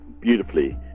beautifully